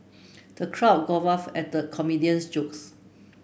the crowd at the comedian's jokes